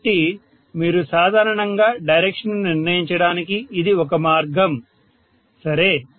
కాబట్టి మీరు సాధారణంగా డైరెక్షన్ ను నిర్ణయించడానికి ఇది ఒక మార్గం సరే